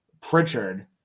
Pritchard